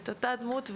את אותה דמות,